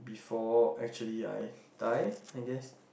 for actually I die I guess